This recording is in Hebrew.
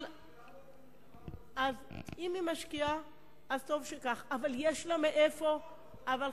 היא משקיעה באופן מוגבר בצפון.